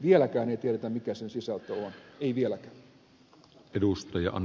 vieläkään ei tiedetä mikä sen sisältö on ei vieläkään